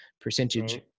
percentage